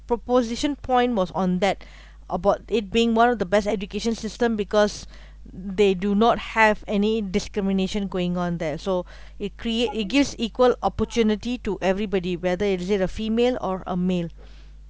proposition point was on that about it being one of the best education system because they do not have any discrimination going on there so it create it gives equal opportunity to everybody whether is it a female or a male